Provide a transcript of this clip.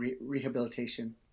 rehabilitation